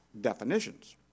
definitions